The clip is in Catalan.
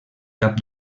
cap